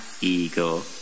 eagle